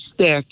stick